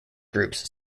groups